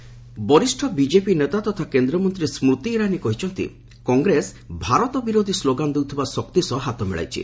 ସ୍କୁତି ଇରାନୀ କଂଗ୍ରେସ ବରିଷ୍ଣ ବିଜେପି ନେତା ତଥା କେନ୍ଦ୍ରମନ୍ତ୍ରୀ ସ୍କୁତି ଇରାନୀ କହିଛନ୍ତି କଂଗ୍ରେସ ଭାରତ ବିରୋଧୀ ସ୍ଲୋଗାନ ଦେଉଥିବା ଶକ୍ତି ସହ ହାତ ମିଳାଇଛି